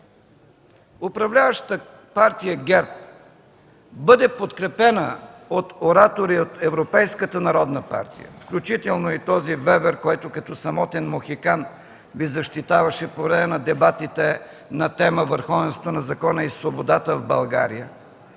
управляващата партия ГЕРБ бъде подкрепена от оратори от Европейската народна партия, включително и този Вебер, който като самотен мохикан Ви защитаваше по време на дебатите на тема „Върховенството на закона и свободата в България”,